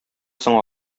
соң